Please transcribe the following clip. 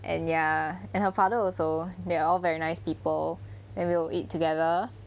and ya and her father also they're all very nice people and we will eat together